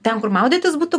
ten kur maudytis būtų